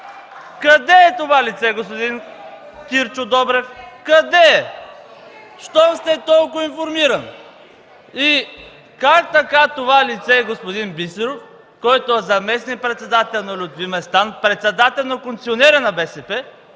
Къде е това лице, господин Кирчо Добрев? Къде е, щом сте толкова информиран? И как така това лице – господин Бисеров, който е заместник-председател на Лютви Местан, председател на концесионера на БСП